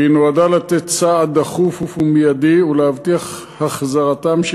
והיא נועדה לתת סעד דחוף ומיידי ולהבטיח החזרתם של